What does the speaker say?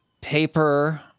paper